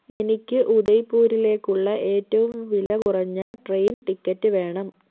എനിക്ക് ഉദയ്പൂരിലേക്കുള്ള ഏറ്റവും വില കുറഞ്ഞ ട്രെയിൻ ടിക്കറ്റ് വേണം